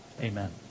Amen